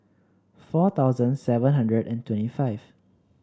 four thousand seven hundred and twenty five